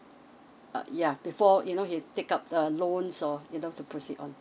err yeah before you know he take up a loans or you know to proceed on